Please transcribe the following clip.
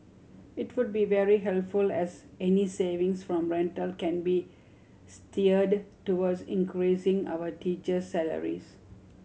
it would be very helpful as any savings from rental can be steered towards increasing our teacher salaries